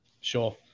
sure